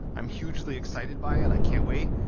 i'm hugely excited by it. i can't wait.